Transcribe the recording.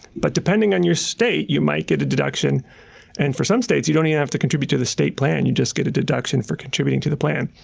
but depending on your state, you might get a deduction and for some states, you don't even have to contribute to the state plan. you just get a deduction for contributing to the plan.